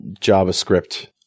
JavaScript